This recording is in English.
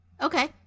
Okay